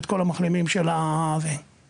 את כל המחלימים עדיין,